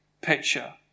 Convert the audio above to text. picture